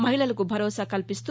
మహిళలకు భరోసా కల్పిస్తూ